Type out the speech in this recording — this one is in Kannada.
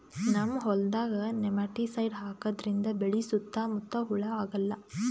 ನಮ್ಮ್ ಹೊಲ್ದಾಗ್ ನೆಮಟಿಸೈಡ್ ಹಾಕದ್ರಿಂದ್ ಬೆಳಿ ಸುತ್ತಾ ಮುತ್ತಾ ಹುಳಾ ಆಗಲ್ಲ